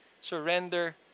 surrender